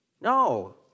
No